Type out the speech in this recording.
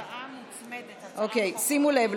שימו לב,